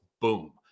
boom